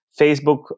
Facebook